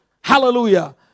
Hallelujah